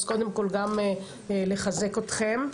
אני רוצה לחזק אתכם.